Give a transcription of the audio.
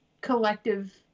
collective